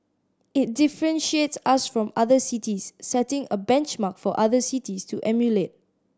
it differentiates us from other cities setting a benchmark for other cities to emulate